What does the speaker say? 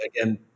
Again